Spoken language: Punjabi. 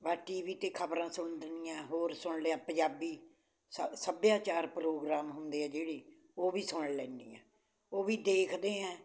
ਮੈਂ ਟੀ ਵੀ 'ਤੇ ਖ਼ਬਰਾਂ ਸੁਣਦੀ ਹਾਂ ਹੋਰ ਸੁਣ ਲਿਆ ਪੰਜਾਬੀ ਸਾ ਸੱਭਿਆਚਾਰ ਪ੍ਰੋਗਰਾਮ ਹੁੰਦੇ ਆ ਜਿਹੜੇ ਉਹ ਵੀ ਸੁਣ ਲੈਂਦੀ ਹਾਂ ਉਹ ਵੀ ਦੇਖਦੇ ਹੈ